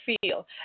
feel